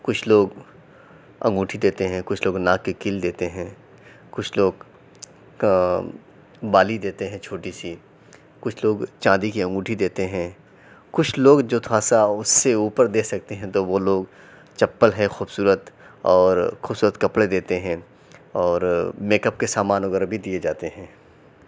کچھ لوگ انگوٹھی دیتے ہیں کچھ لوگ ناک کی کیل دیتے ہیں کچھ لوگ بالی دیتے ہیں چھوٹی سی کچھ لوگ چاندی کی انگوٹھی دیتے ہیں کچھ لوگ جو تھوڑا سا اُس سے اوپر دے سکتے ہیں تو وہ لوگ چپل ہے خوبصورت اور خوبصورت کپڑے دیتے ہیں اور میک اپ کے سامان وغیرہ بھی دیے جاتے ہیں